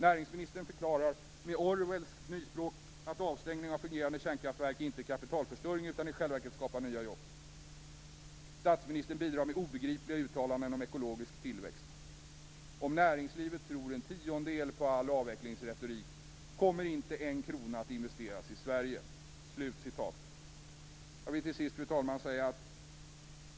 Näringsministern förklarar med Orwellskt nyspråk att avstängning av fungerande kärnkraftverk inte är kapitalförstöring utan i själva verket skapar nya jobb. Statsministern bidrar med obegripliga uttalanden om ekologisk tillväxt. Om näringslivet tror en tiondel på all avvecklingsretorik kommer inte en krona att investeras i Sverige." Fru talman!